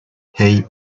hey